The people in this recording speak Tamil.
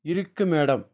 இருக்குது மேடம்